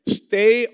stay